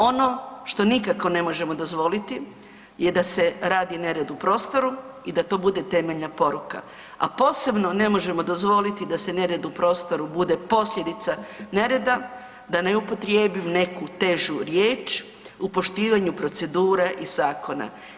Ono što nikako ne možemo dozvoliti je da se radi nered u prostoru i da to bude temeljna poruka, a posebno ne možemo dozvoliti da se nered u prostoru bude posljedica nereda, da ne upotrijebim neku težu riječ u poštivanju procedure i zakona.